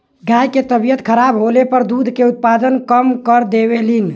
गाय के तबियत खराब होले पर दूध के उत्पादन कम कर देवलीन